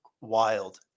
wild